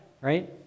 right